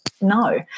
no